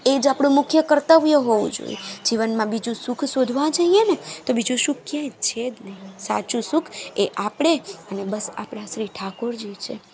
એ જ આપણું મુખ્ય કર્તવ્ય હોવું જોઈએ જીવનમાં બીજું સુખ શોધવા જઈએને તો બીજું સુખ ક્યાંય છે જ નહીં સાચું સુખ એ આપણે અને બસ આપણા શ્રી ઠાકોરજી છે